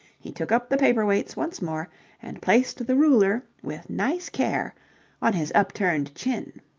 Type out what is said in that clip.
he took up the paper-weights once more and placed the ruler with nice care on his upturned chin.